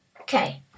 Okay